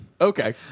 okay